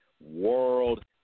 World